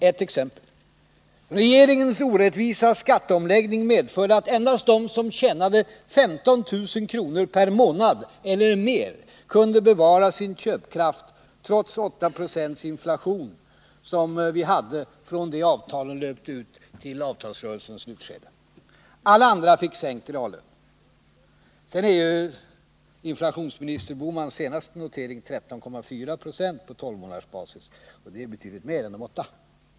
Ett exempel: Regeringens orättvisa skatteomläggning medförde att endast de som tjänade 15 000 kr. per månad eller mer, kunde bevara sin köpkraft, trots 8 20 inflation, som vi hade från det avtalen löpte ut till avtalsrörelsens slutskede. Sedan är ju inflationsminister Bohmans senaste notering 13,4 76 på tolvmånadersbasis, och det är betydligt mer än de 8.